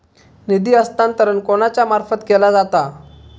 निधी हस्तांतरण कोणाच्या मार्फत केला जाता?